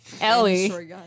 Ellie